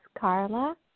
Carla